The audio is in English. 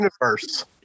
universe